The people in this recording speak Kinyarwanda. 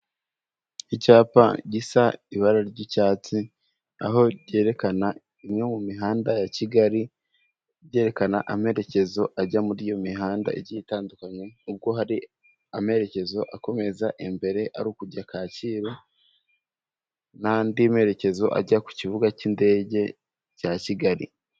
Icyapa gisa ibara ry'icyatsi aho ryerekana imwe mu mihanda ya Kigali byerekana amerekezo ajya muri iyo mihanda igiye itandukanye, ubwo hari amerekezo akomeza imbere ari ukujya Kacyiru n'andi merekezo ajya ku kibuga cy'indege cya Kigali.